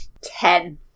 Ten